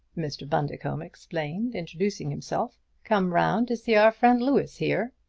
mr. bundercombe explained, introducing himself come round to see our friend louis, here.